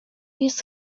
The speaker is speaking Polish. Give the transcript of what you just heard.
jest